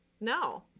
No